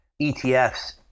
etfs